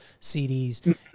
CDs